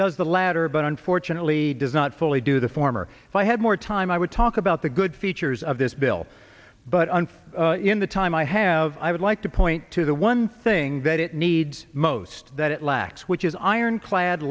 does the latter but unfortunately does not fully do the former if i had more time i would talk about the good features of this bill but on in the time i have i would like to point to the one thing that it needs most that it lacks which is ironclad